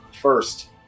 first